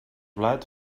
blat